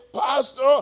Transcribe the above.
Pastor